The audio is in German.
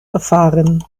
erfahren